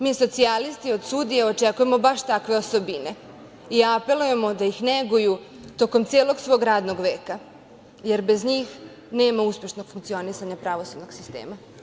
Mi socijalisti od sudije očekujemo baš takve osobine i apelujemo da ih neguju tokom celog svog radnog veka, jer bez njih nema uspešnog funkcionisanja pravosudnog sistema.